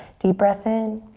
deep breath in.